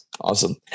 Awesome